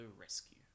rescue